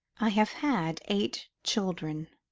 i have had eight children.